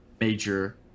major